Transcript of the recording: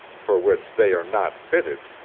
for which they are not fitted,